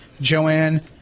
Joanne